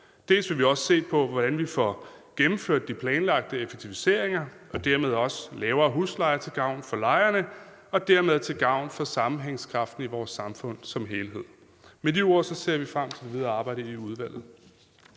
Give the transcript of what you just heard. Vi vil også se på, hvordan vi får gennemført de planlagte effektiviseringer og dermed også får lavere huslejer til gavn for lejerne og dermed til gavn for sammenhængskraften i vores samfund som helhed. Med de ord ser vi frem til det videre arbejde i udvalget.